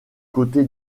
côté